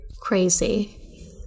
Crazy